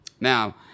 Now